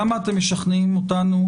למה אתם משכנעים אותנו,